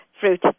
fruit